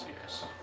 yes